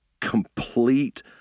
complete